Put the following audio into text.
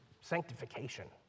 sanctification